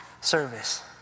service